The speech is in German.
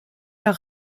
der